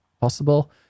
possible